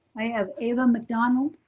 i have ava macdonald.